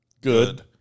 Good